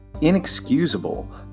Inexcusable